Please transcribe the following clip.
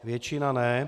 Většina ne.